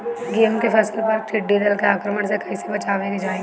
गेहुँ के फसल पर टिड्डी दल के आक्रमण से कईसे बचावे के चाही?